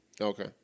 Okay